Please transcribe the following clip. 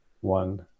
one